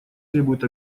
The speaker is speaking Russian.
требует